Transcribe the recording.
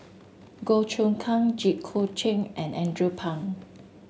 Goh Choon Kang Jit Koon Ch'ng and Andrew Phang